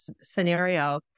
scenario